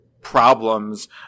problems